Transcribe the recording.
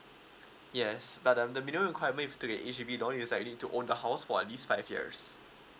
yes but um the minimum requirement if to get each will be now is that you need to own the house for this five years